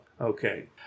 Okay